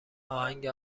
آهنگ